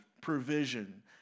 provision